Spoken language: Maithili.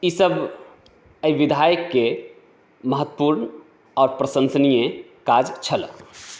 ईसभ एहि विधायकके महत्वपूर्ण आओर प्रशंसनीय काज छलए